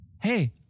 hey